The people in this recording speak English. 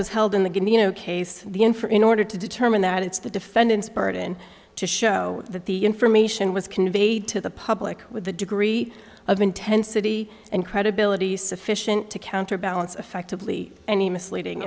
for in order to determine that it's the defendant's burden to show that the information was conveyed to the public with a degree of intensity and credibility sufficient to counterbalance effectively any misleading